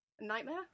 Nightmare